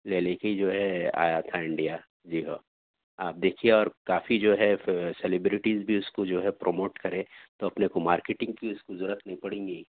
لے لے کے ہی جو ہے آیا تھا انڈیا جی ہاں آپ دیکھیے اور کافی جو ہے سیلبرٹیز بھی اِس کو جو ہے پروموٹ کرے تو اپنے کو مارکیٹنگ کی اُس کو ضرورت نہیں پڑیں گی